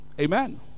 Amen